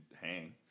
hang